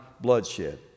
bloodshed